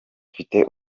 mfite